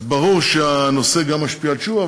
אז ברור שהנושא גם משפיע על תשובה,